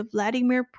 Vladimir